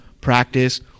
practice